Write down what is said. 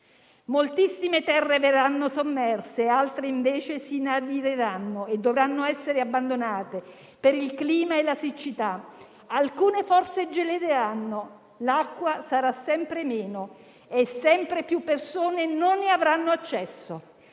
Moltissime terre verranno sommerse, altre invece si inaridiranno e dovranno essere abbandonate per il clima e la siccità; alcune forse geleranno, l'acqua sarà sempre meno e sempre più persone non vi avranno accesso.